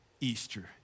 Easter